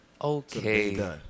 Okay